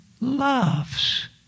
loves